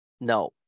No